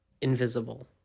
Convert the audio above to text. invisible